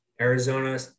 Arizona